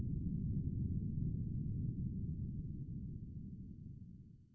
the